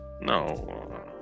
No